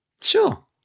sure